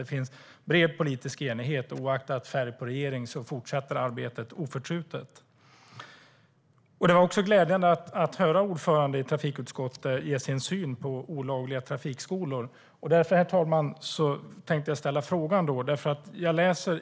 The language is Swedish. Det finns bred politisk enighet, och oavsett färg på regeringen fortsätter arbetet oförtrutet. Det var också glädjande att höra ordföranden ge sin syn på olagliga trafikskador.